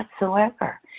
whatsoever